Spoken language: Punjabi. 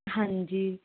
ਹਾਂਜੀ